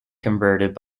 converted